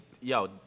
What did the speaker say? yo